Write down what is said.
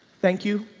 thank you.